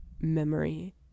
memory